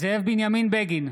זאב בנימין בגין,